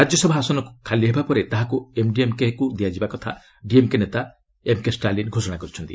ରାଜ୍ୟସଭା ଆସନ ଖାଲିହେବା ପରେ ତାହକୃ ଏମ୍ଡିଏମ୍କେକୁ ଦିଆଯିବା କଥା ଡିଏମ୍କେ ନେତା ଏମ୍କେ ଷ୍ଟାଲିନ୍ ଘୋଷଣା କରିଛନ୍ତି